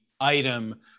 item